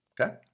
okay